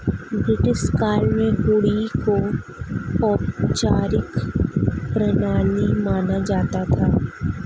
British काल में हुंडी को औपचारिक प्रणाली माना जाता था